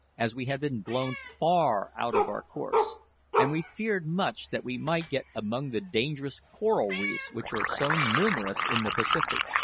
as we had been blown far out of our course and we feared much that we might get among the dangerous coral reefs which are so numerous in the pacific.